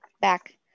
back